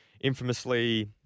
Infamously